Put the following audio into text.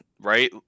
right